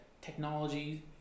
Technology